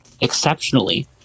exceptionally